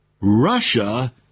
Russia